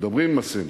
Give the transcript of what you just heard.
מדברים עם הסינים.